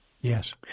Yes